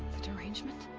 the derangement?